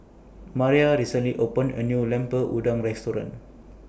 Maria recently opened A New Lemper Udang Restaurant